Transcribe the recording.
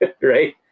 Right